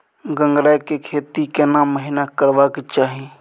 गंगराय के खेती केना महिना करबा के चाही?